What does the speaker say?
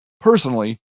personally